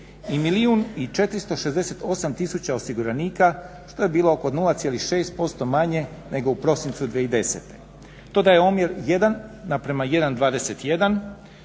i 468 tisuća osiguranika što je bilo oko 0,6% manje nego u prosincu 2010. To daje omjer 1:1,21